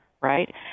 right